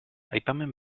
aipamen